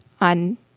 on